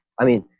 i mean,